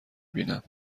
بینم